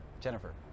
Jennifer